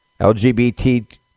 LGBT